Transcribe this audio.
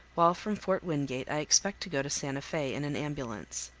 while from fort wingate i expect to go to santa fe in an ambulance.